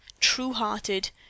true-hearted